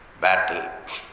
battle